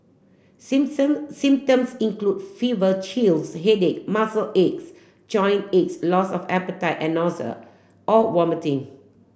symptoms include fever chills headache muscle aches joint aches loss of appetite and nausea or vomiting